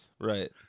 Right